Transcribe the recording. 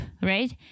right